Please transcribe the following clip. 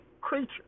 creature